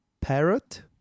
parrot